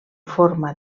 forma